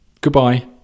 Goodbye